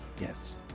Yes